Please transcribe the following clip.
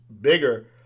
bigger